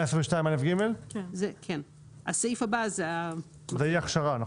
זה סעיף ההכשרה.